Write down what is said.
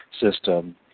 system